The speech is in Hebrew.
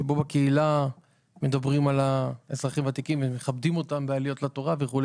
בו הקהילה דנה בנושא האזרחים הוותיקים ומכבדת אותם בעליות לתורה וכולי.